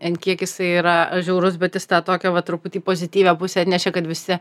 ant kiek jisai yra žiaurus bet jis tą tokią va truputį pozityvią pusę atnešė kad visi